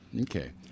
Okay